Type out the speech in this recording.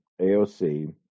aoc